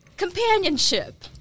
companionship